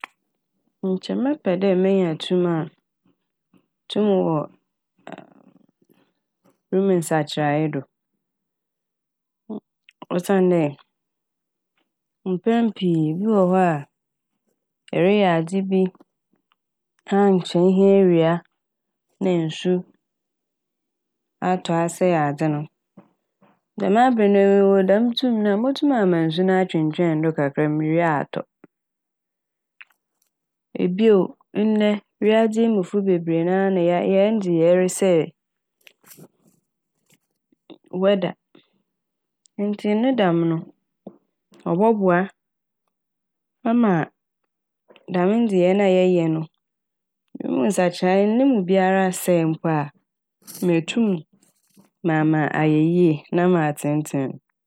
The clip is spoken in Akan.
Nkyɛ mɛpɛ dɛ menya tum a -tum wɔ ɛɛm, wimu nsakyerɛe do osiandɛ mpɛn pii bi wɔ hɔ ereyɛ adze bi paa nkyɛ ehia ewia na nsu atɔ asɛe adze no, dɛm aber no mowɔ dɛm tum no a motum ama nsu no atwentwɛn do kakra a mowie atɔ. Ibio, ndɛ wiadze yi mu fo bebree na a yɛay- hɛn ndzeyɛɛ resɛɛ w- wɛda ntsi ne dɛm no ɔboa ama dɛm ndzeyɛe na yɛyɛ no wimu nsakyerɛe no no mu bia asɛe mpo a meetum maa ma ayɛ yie na matsentseen no.